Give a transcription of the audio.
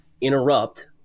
interrupt